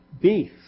beef